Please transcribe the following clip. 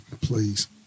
please